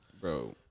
Bro